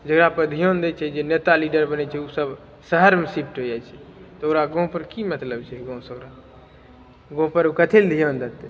जेकरा पर धिआन दै छै जे नेता लीडर बनैत छै ओ सब शहरमे शिफ्ट हो जाइत छै तऽ ओकरा गाँव पर की मतलब छै गाँव से ओकरा गाँव पर ओ कथी लऽ धिआन देतै